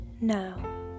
now